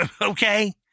Okay